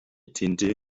tinte